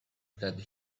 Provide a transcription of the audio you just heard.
that